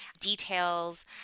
details